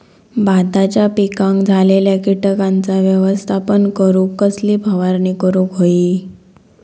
भाताच्या पिकांक झालेल्या किटकांचा व्यवस्थापन करूक कसली फवारणी करूक होई?